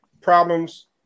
problems